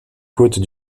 côtes